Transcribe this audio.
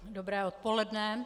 Dobré odpoledne.